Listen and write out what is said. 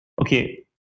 okay